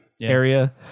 area